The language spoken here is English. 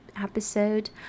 episode